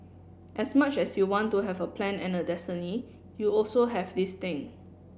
as much as you want to have a plan and a destiny you also have this thing